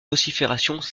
vociférations